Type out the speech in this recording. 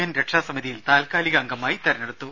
N രക്ഷാസമിതിയിൽ താൽകാലിക അംഗമായി തെരഞ്ഞെടുത്തു